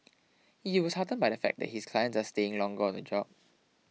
he was heartened by the fact that his clients are staying longer on the job